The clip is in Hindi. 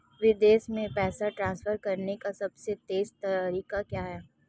विदेश में पैसा ट्रांसफर करने का सबसे तेज़ तरीका क्या है?